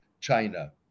China